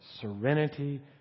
serenity